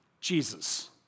Jesus